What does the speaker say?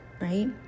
right